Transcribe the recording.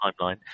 timeline